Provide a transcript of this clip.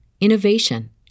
innovation